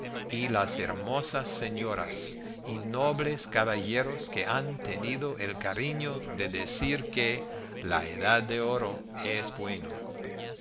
a las hermosas señoras y nobles caballeros que han tenido el cariño de decir que la edad de oro es buena